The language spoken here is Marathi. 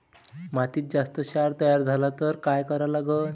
मातीत जास्त क्षार तयार झाला तर काय करा लागन?